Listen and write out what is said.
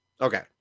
Okay